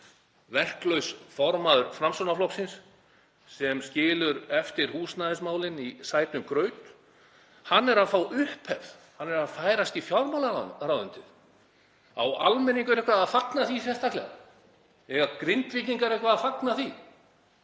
blasir verklaus formaður Framsóknarflokksins sem skilur eftir húsnæðismálin í sætum graut. Hann er að fá upphefð, hann er að færast í fjármálaráðuneytið. Á almenningur eitthvað að fagna því sérstaklega? Eiga Grindvíkingar eitthvað að fagna því?